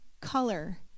color